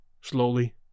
slowly